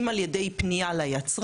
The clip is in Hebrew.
אם על ידי פנייה ליצרן,